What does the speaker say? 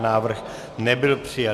Návrh nebyl přijat.